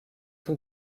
tout